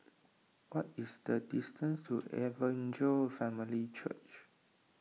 what is the distance to Evangel Family Church